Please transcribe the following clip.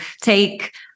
take